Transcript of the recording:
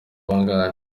bangahe